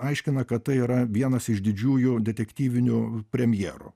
aiškina kad tai yra vienas iš didžiųjų detektyvinių premjerų